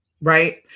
right